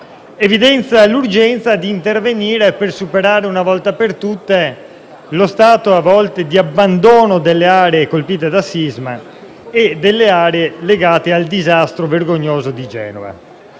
urbano, nonché di intervenire per superare una volta per tutte lo stato a volte di abbandono delle aree colpite dal sisma e di quelle legate al disastro vergognoso di Genova.